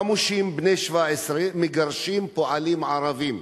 חמושים בני 17 מגרשים פועלים ערבים.